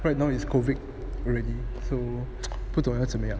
right now is COVID already so 不懂要怎么样